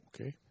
Okay